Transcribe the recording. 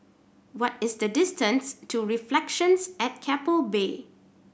what is the distance to Reflections at Keppel Bay